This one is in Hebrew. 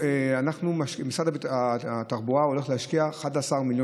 משרד התחבורה הולך להשקיע 11 מיליון